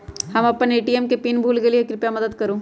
हम अपन ATM PIN भूल गेली ह, कृपया मदत करू